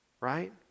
Right